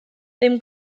ddim